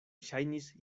ŝajnis